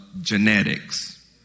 genetics